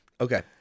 Okay